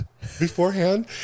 beforehand